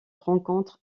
rencontre